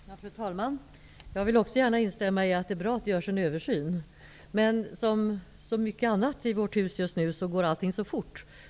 Fru talman! Jag vill också gärna instämma i att det är bra att det görs en översyn. Men precis som med så mycket annat i vårt hus går allting så fort.